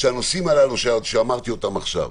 שהנושאים האלה שאמרתי אותם עכשיו,